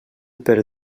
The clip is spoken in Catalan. per